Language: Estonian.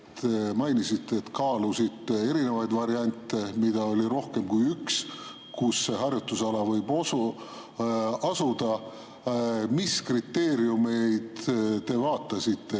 mainisite, et kaalusite erinevaid variante, mida oli rohkem kui üks, kus see harjutusala võib asuda. Mis kriteeriumeid te vaatasite